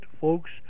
folks